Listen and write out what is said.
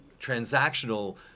transactional